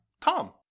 tom